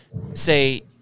say